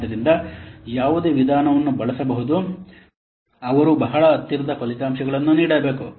ಆದ್ದರಿಂದ ಯಾವುದೇ ವಿಧಾನವನ್ನು ಬಳಸಬಹುದು ಅವರು ಬಹಳ ಹತ್ತಿರದ ಫಲಿತಾಂಶಗಳನ್ನು ನೀಡಬೇಕು